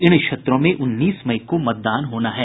इन क्षेत्रों में उन्नीस मई को मतदान होना है